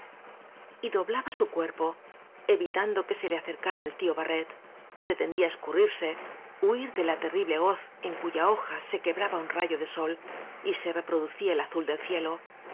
quieras y doblaba su cuerpo evitando que se le acercara el tío barret pretendía escurrirse huir de la terrible hoz en cuya hoja se que braba un rayo de sol y se reproducía el azul del cielo